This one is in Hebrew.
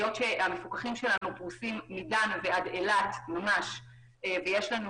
היות והמפוקחים שלנו פרושים מדן ועד אילת ויש לנו